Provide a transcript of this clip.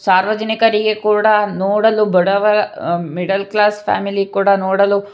ಸಾರ್ವಜನಿಕರಿಗೆ ಕೂಡ ನೋಡಲು ಬಡವ ಮಿಡಲ್ ಕ್ಲಾಸ್ ಫ್ಯಾಮಿಲಿ ಕೂಡ ನೋಡಲು